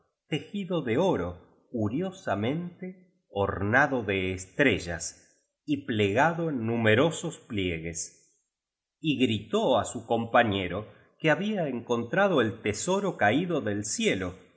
tejido de oro curiosamente ornado de estrellas y plegado en numerosos pliegues y grito á su compañero que había encon trado el tesoro caído del cielo